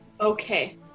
Okay